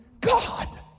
God